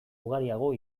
ugariago